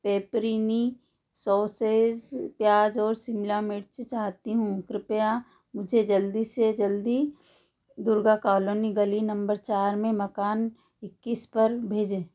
pepperoni sauces प्याज़ और शिमला मिर्च चाहती हूँ कृपया मुझे जल्दी से जल्दी दुर्गा कॉलोनी गली नंबर चार में मकान इक्कीस पर भेजें